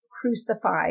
crucified